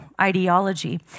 ideology